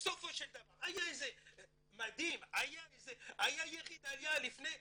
בסופו של דבר היה יריד לפני שבועיים.